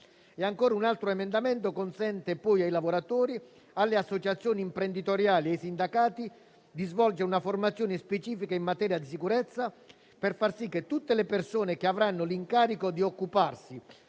un altro emendamento consente poi ai lavoratori, alle associazioni imprenditoriali e ai sindacati di svolgere una formazione specifica in materia di sicurezza per far sì che tutte le persone che avranno l'incarico di occuparsi